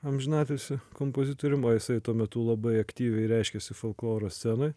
amžinatilsį kompozitorium o jisai tuo metu labai aktyviai reiškėsi folkloro scenoj